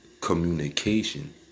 Communication